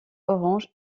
orange